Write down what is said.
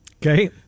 Okay